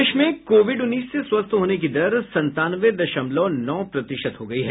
प्रदेश में कोविड उन्नीस से स्वस्थ होने की दर संतानवे दशमलव नौ प्रतिशत हो गई है